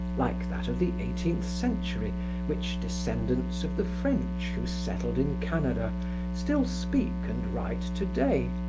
like that of the eighteenth century which descendants of the french who settled in canada still speak and write today,